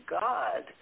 God